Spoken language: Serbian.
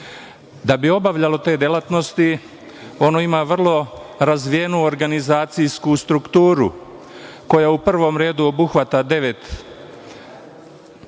Da bi obavljalo te delatnosti, ono ima vrlo razvijenu organizacijsku strukturu, koja u prvom redu obuhvata devet sektora,